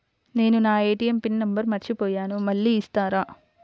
నేను నా ATM pin number మర్చిపోయాను మళ్ళీ ఇస్తారా?